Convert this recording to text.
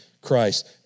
Christ